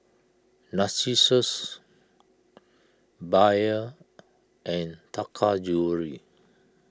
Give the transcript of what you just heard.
Narcissus Bia and Taka Jewelry